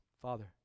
Father